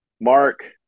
Mark